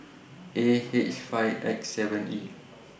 A H five X seven E